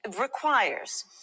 requires